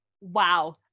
wow